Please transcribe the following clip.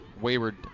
wayward